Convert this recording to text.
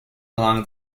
along